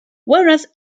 whereas